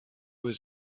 was